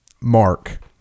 Mark